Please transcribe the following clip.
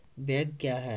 Bank क्या हैं?